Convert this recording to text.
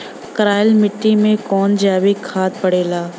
करइल मिट्टी में कवन जैविक खाद पड़ेला?